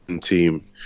team